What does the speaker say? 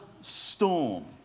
storm